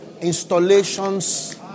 installations